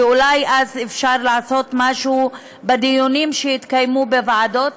ואולי אפשר לעשות משהו בדיונים שיתקיימו בוועדות,